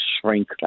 shrink